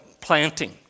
planting